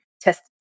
test